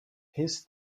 his